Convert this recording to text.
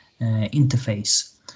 interface